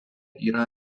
yra